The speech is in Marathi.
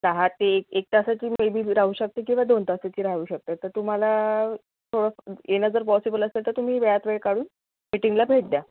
दहा ते एक तासाची मे बी राहू शकते किंवा दोन तासाची राहू शकते तर तुम्हाला थोडं येणं जर पॉसिबल असेल तर तुम्ही वेळात वेळ काढून मीटिंगला भेट द्या